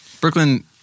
Brooklyn